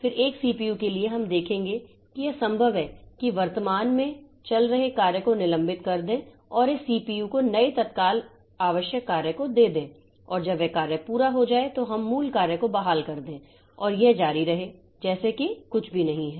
फिर एक सीपीयू के लिए हम देखेंगे कि यह संभव है कि हम वर्तमान में चल रहे कार्य को निलंबित कर दें और इस CPU को नए तत्काल आवश्यक कार्य को दे दें और जब वह कार्य पूरा हो जाए तो हम मूल कार्य को बहाल कर दें और यह जारी रहे जैसे कि कुछ भी नहीं है